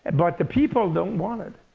but the people don't want it.